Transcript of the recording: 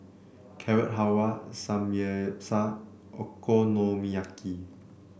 Carrot Halwa Samgeyopsal Okonomiyaki